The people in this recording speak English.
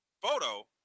photo